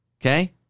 Okay